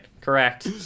Correct